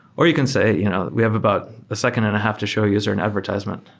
or you can say you know we have about a second and a half to show user and advertisement.